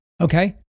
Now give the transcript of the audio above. Okay